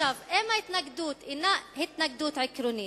אם ההתנגדות אינה התנגדות עקרונית,